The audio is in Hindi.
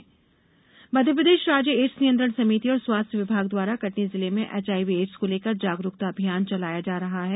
एचआईवी जागरूकता मध्यप्रदेश राज्य एड्स नियंत्रण समिति और स्वास्थ्य विभाग द्वारा कटनी जिले में एचआईवी एड्स को लेकर जागरुकता अभियान चलाया जा रहा है